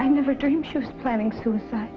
i never dreamed she was planning suicide